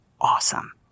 awesome